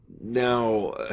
Now